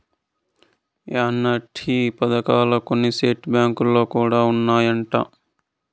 annuity పథకాలు కొన్ని state బ్యాంకులో కూడా ఉన్నాయంట